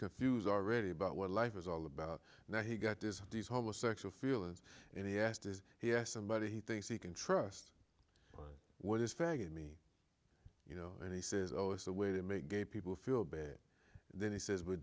confused already about what life is all about now he got this these homo sexual feelings and he asked is he yes somebody he thinks he can trust what is faggot me you know and he says oh it's a way to make gay people feel bad then he says we